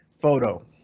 photo